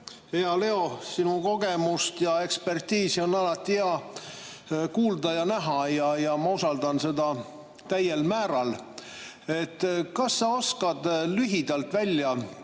Hea Leo! Sinu kogemust ja ekspertiise on alati hea kuulda ja näha ning ma usaldan neid täiel määral. Kas sa oskad lühidalt välja